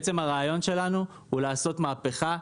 בעצם הרעיון שלנו הוא לעשות מהפכה.